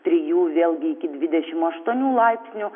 trijų vėlgi iki dvidešim aštuonių laipsnių